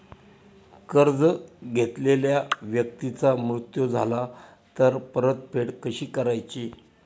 कर्ज घेतलेल्या व्यक्तीचा मृत्यू झाला तर परतफेड कशी करायची?